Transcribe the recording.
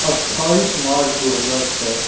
अट्ठाइस मार्च दो हज़ार छ